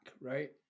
right